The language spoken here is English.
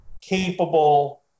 capable